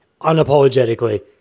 unapologetically